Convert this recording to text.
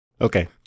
Okay